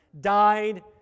died